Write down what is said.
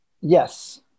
Yes